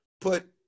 put